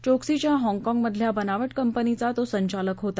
चोक्सीच्या हाँगकाँगमधल्या बनावट कंपनीला तो संचालक होता